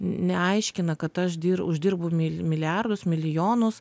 neaiškina kad aš dir uždirbu myli milijardus milijonus